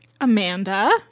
Amanda